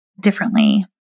differently